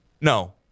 no